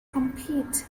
compete